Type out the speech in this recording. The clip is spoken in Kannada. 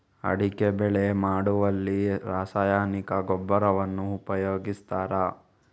ಅಡಿಕೆ ಬೆಳೆ ಮಾಡುವಲ್ಲಿ ರಾಸಾಯನಿಕ ಗೊಬ್ಬರವನ್ನು ಉಪಯೋಗಿಸ್ತಾರ?